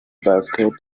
basketball